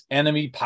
enemy